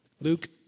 Luke